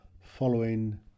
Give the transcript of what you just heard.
following